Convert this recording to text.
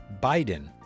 Biden